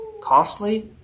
Costly